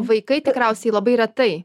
vaikai tikriausiai labai retai